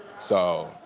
so,